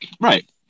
right